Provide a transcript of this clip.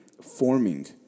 forming